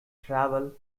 travel